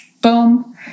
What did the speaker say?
boom